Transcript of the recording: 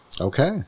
Okay